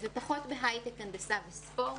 ופחות בהייטק, הנדסה וספורט.